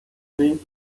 lit